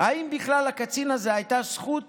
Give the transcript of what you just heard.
היו אם בכלל לקצין הזה הייתה זכות